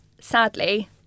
sadly